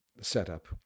setup